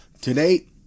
Today